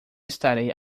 estarei